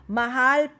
mahal